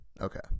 Okay